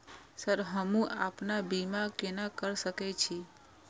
Sir हमू अपना बीमा केना कर सके छी?